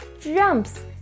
jumps